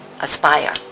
aspire